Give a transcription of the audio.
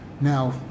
Now